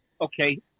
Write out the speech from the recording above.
okay